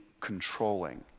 controlling